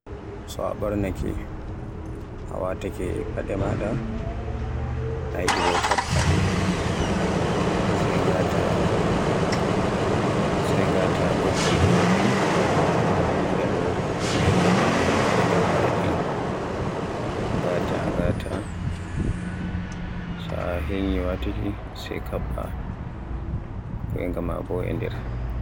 So a ɓornaake a wataake faɗe maaɗa, a yiɗi bo kaɓɓaɗe sey ngàta, sey ngàta ɓoggol faɗe ɗen e nder yolnɗe non e dow faɗe ɗen, ngata ngàta taa heyni wata sai kaɓɓa, koyɗe maa bo e nder.